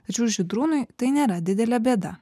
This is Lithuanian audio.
tačiau žydrūnui tai nėra didelė bėda